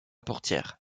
portière